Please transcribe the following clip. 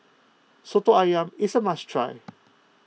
Soto Ayam is a must try